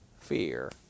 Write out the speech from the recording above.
fear